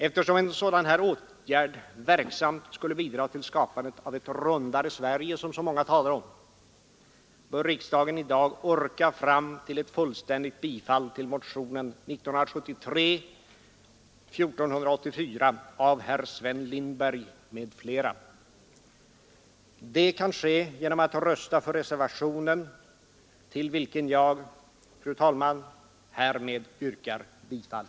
Eftersom en sådan åtgärd verksamt skulle bidra till skapandet av ett ”rundare Sverige”, som så många talar om, bör riksdagen i dag orka fram till ett fullständigt bifall till motionen 1973:1484 av herr Sven Lindberg m.fl. Det kan ske genom att man röstar för reservationen, till vilken jag, fru talman, härmed yrkar bifall.